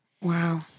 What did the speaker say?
Wow